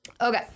okay